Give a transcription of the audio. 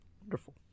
Wonderful